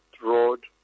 road